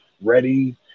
ready